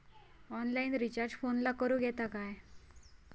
Online recharge फोनला करूक येता काय?